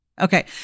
Okay